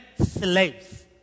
slaves